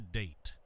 date